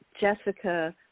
Jessica